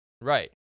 Right